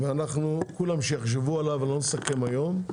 ושכולם יחשבו עליו, אני לא מסכם היום.